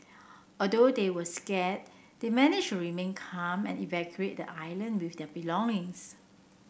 although they were scared they managed to remain calm and evacuate the island with their belongings